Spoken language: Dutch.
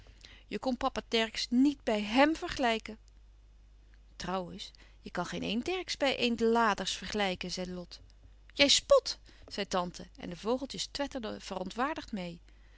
voorbij gaan papa dercksz niet bij hèm vergelijken trouwens je kan geen een dercksz bij een de laders vergelijken zei lot jij spot zei tante en de vogeltjes twetterden verontwaardigd meê